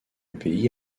pays